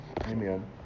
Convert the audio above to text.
Amen